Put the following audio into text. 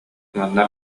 манна